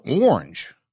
orange